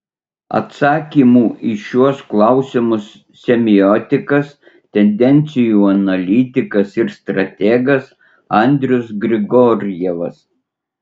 atsakymų į šiuos klausimus semiotikas tendencijų analitikas ir strategas andrius grigorjevas